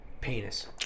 penis